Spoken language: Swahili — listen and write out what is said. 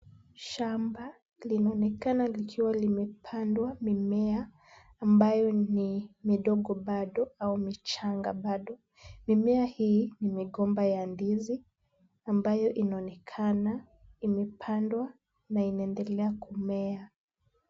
Shamba linaonekana likiwa limepandwa mimea ambayo ni midogo bado au michanga bado. Mimea hii ni migomba ya ndizi ambayo inaonekana imepandwa na inaendelea kumea.